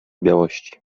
białości